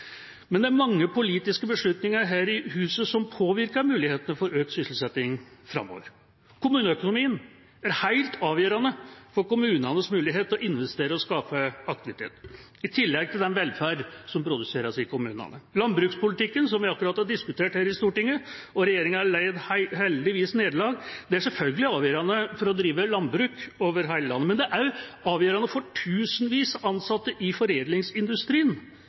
Men det er mange politiske beslutninger her i huset som påvirker mulighetene for økt sysselsetting framover: Kommuneøkonomien er helt avgjørende for kommunenes mulighet til å investere og skape aktivitet, i tillegg til den velferd som produseres i kommunene. Landbrukspolitikken, som vi akkurat har diskutert her i Stortinget – og regjeringa led heldigvis nederlag – er selvfølgelig avgjørende for å drive landbruk over hele landet, men det er også avgjørende for tusenvis av ansatte i foredlingsindustrien,